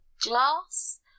glass